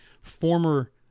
former